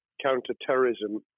counter-terrorism